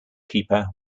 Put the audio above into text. keeper